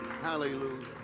hallelujah